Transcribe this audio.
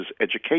education